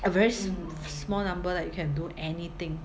a very sm~ small number that you can do anything